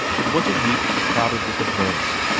it was a week crowded with events,